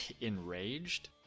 enraged